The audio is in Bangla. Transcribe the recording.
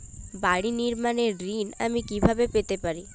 বাড়ি নির্মাণের ঋণ আমি কিভাবে পেতে পারি?